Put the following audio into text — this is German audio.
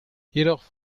jedoch